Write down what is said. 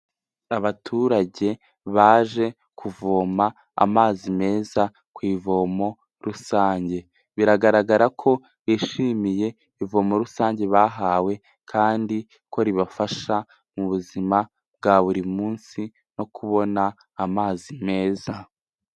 Abaturage baje kuvoma amazi meza ku ivomo rusange, biragaragara ko bishimiye ivomo rusange bahawe kandi ko ribafasha mu buzima bwa buri munsi no kubona amazi meza.